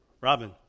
Robin